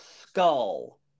skull